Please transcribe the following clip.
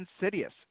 insidious